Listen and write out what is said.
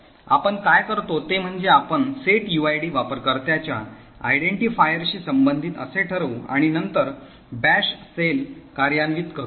आपण काय करतो ते म्हणजे आपण setuid वापरकर्त्याच्या identifier शी संबंधित असे ठरवू आणि नंतर बॅश शेल कार्यान्वित करू